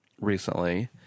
recently